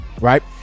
Right